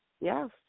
Yes